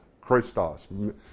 christos